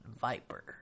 Viper